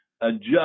adjust